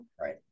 Right